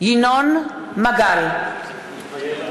ינון מגל מתחייב אני